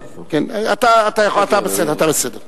חבר הכנסת לוין,